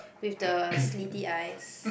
with the slitty eyes